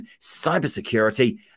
cybersecurity